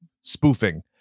spoofing